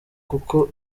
kuko